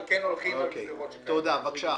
כן, בבקשה.